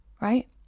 Right